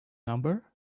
number